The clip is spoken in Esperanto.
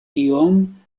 iom